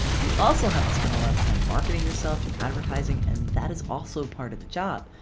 you also have to spend a lot of time marketing yourself and advertising and that is also part of the job.